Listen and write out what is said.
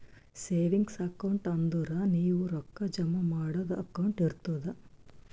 savings account ಅಂದುರ್ ನೀವು ರೊಕ್ಕಾ ಜಮಾ ಮಾಡದು ಅಕೌಂಟ್ ಇರ್ತುದ್